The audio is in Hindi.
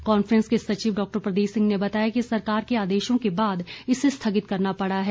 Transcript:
कॉन्फैस के सचिव डॉ प्रदीप सिंह ने बताया कि सरकार के आदेशों के बाद इसे स्थगित करना पड़ा है